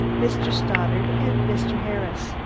mr. stoddard and mr. harris.